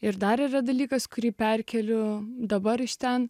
ir dar yra dalykas kurį perkeliu dabar iš ten